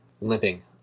limping